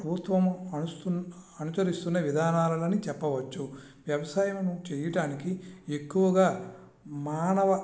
ప్రభుత్వము అనుసరిస్తున్న విధానాలనని చెప్పవచ్చు వ్యవసాయం చేయడానికి ఎక్కువగా మానవ